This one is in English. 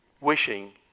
wishing